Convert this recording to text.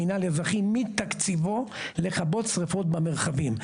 המינהל האזרחי מתקציבו לכבות שרפות במרחבים.